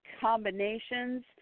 combinations